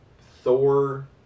Thor